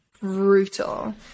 brutal